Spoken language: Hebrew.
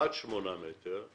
עד שמונה מטר,